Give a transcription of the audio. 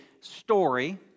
story